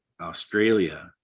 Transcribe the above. Australia